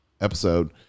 episode